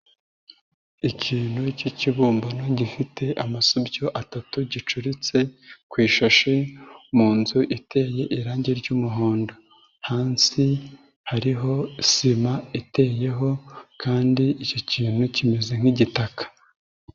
Ikintu k'kibumbano gifite amasubyo atatu gicuritse ku ishashi mu nzu iteye irangi ry'umuhondo. Hansi hariho sima iteyeho kandi icyo kintu kimeze nk'igitaka.